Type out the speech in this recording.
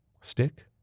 Stick